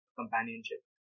companionship